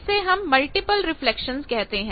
इसे हम multiple reflections कहते हैं